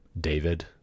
David